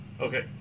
Okay